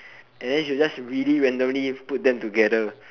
and then she'll just really randomly put them together